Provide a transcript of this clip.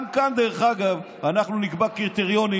גם כאן, דרך אגב, אנחנו נקבע קריטריונים.